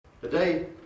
Today